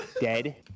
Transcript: Dead